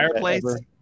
fireplace